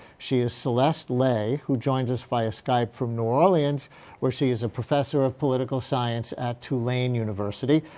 she is celeste lay who joins us via skype from new orleans where she is a professor of political science at tulane university.